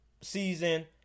season